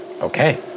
Okay